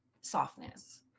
softness